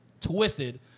twisted